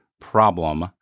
problem